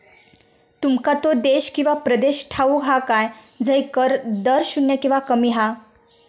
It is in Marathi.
तुमका तो देश किंवा प्रदेश ठाऊक हा काय झय कर दर शून्य किंवा कमी हा?